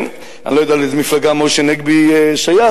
אני לא יודע לאיזו מפלגה משה נגבי שייך,